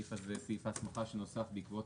והסעיף הזה סעיף ההסמכה שנוסף בעקבות